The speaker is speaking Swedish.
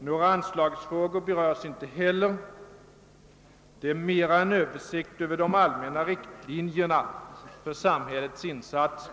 Några anslagsfrågor tas inte heller upp i detta utlåtande, utan det är mera en översikt över de allmänna riktlinjerna för samhällets insatser.